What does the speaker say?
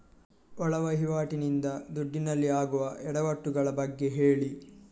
ಒಳ ವಹಿವಾಟಿ ನಿಂದ ದುಡ್ಡಿನಲ್ಲಿ ಆಗುವ ಎಡವಟ್ಟು ಗಳ ಬಗ್ಗೆ ಹೇಳಿ